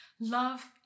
Love